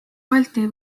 balti